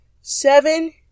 Seven